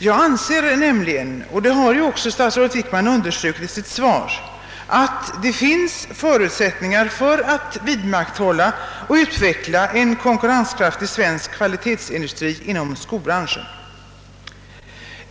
Jag anser nämligen att — och det har ju även statsrådet Wickman understrukit i sitt svar — det finns förutsättningar för att vidmakthålla och utveckla en konkurrenskraftig svensk kvalitetsindustri inom skobranschen.